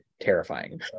terrifying